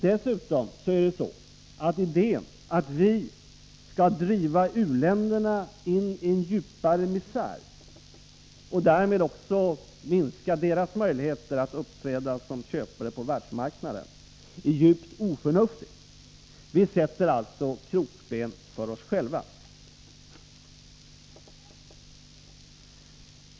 Dessutom är idén att vi skall driva u-länderna in i djupare misär — och därmed också minska deras möjligheter att uppträda som köpare på världsmarknaden — djupt oförnuftig. Vi sätter alltså krokben för oss själva.